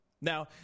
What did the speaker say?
Now